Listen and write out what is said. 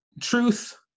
Truth